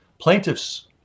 Plaintiffs